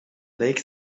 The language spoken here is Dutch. leek